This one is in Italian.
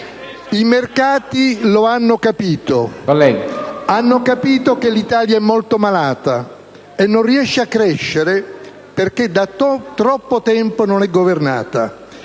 I mercati lo hanno capito. Hanno capito che l'Italia è molto malata e non riesce a crescere perché da troppo tempo non è governata.